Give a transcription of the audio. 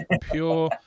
pure